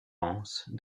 rance